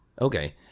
Okay